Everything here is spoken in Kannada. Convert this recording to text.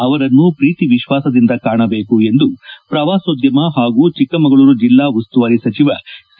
ಅವರನ್ನು ಪ್ರೀತಿ ವಿಶ್ಲಾಸದಿಂದ ಕಾಣಬೇಕು ಎಂದು ಪ್ರವಾಸೋದ್ಯಮ ಹಾಗೂ ಚಿಕ್ಕಮಗಳೂರು ಜಿಲ್ಲಾ ಉಸ್ತುವಾರಿ ಸಚಿವ ಸಿ